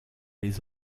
les